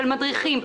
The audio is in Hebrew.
של מדריכים,